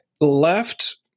left